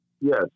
yes